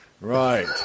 Right